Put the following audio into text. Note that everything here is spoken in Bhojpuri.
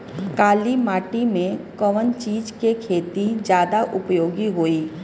काली माटी में कवन चीज़ के खेती ज्यादा उपयोगी होयी?